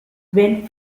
when